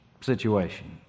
situation